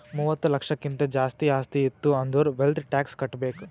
ಮೂವತ್ತ ಲಕ್ಷಕ್ಕಿಂತ್ ಜಾಸ್ತಿ ಆಸ್ತಿ ಇತ್ತು ಅಂದುರ್ ವೆಲ್ತ್ ಟ್ಯಾಕ್ಸ್ ಕಟ್ಬೇಕ್